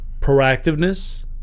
proactiveness